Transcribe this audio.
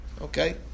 okay